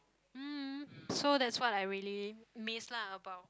mm so that's what I really miss lah about